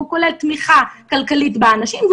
שכולל תמיכה כלכלית באנשים,